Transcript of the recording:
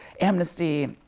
amnesty